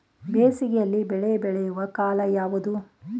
ಬೇಸಿಗೆ ಯಲ್ಲಿ ಬೆಳೆ ಬೆಳೆಯುವ ಕಾಲ ಯಾವುದು?